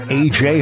aj